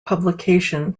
publication